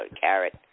carrot